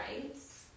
rights